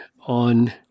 on